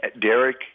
Derek